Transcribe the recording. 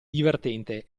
divertente